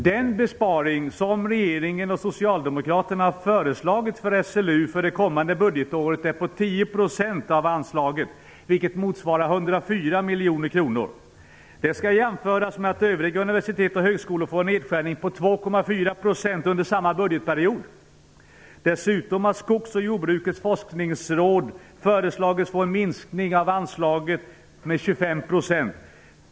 Den besparing som regeringen och Socialdemokraterna har föreslagit för SLU för det kommande budgetåret är på 10 % av anslaget, vilket motsvarar 104 miljoner kronor. Det skall jämföras med att övriga universitet och högskolor under samma budgetperiod får en nedskärning på 2,4 %. Dessutom har Skogs och jordbrukets forskningsråd föreslagits få en minskning av anslaget med 25 %.